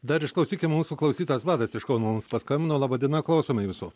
dar išklausykim mūsų klausytojas vladas iš kauno mums paskambino laba diena klausome jūsų